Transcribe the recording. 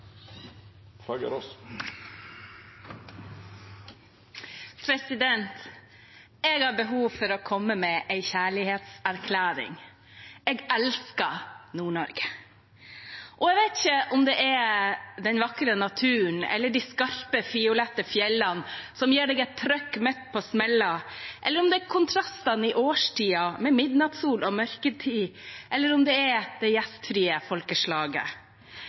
til. Jeg har behov for å komme med en kjærlighetserklæring: Jeg elsker Nord-Norge! Og jeg vet ikke om det er den vakre naturen eller de skarpe, fiolette fjella, som gir deg en trøkk midt på smella, eller om det er kontrastene i årstidene, med midnattssol og mørketid, eller om det er det gjestfrie folkeslaget?